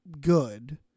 good